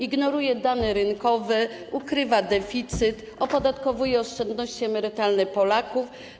Ignoruje dane rynkowe, ukrywa deficyt, opodatkowuje oszczędności emerytalne Polaków.